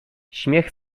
śmiech